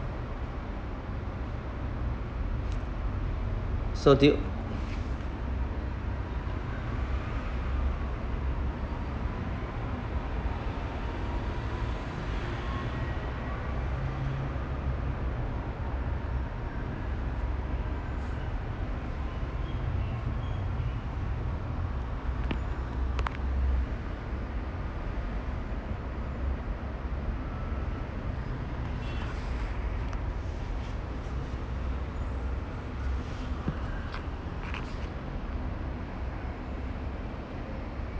so do you